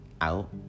out